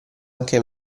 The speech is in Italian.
anche